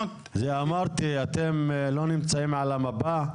אמרתי, אתם לא נמצאים על המפה.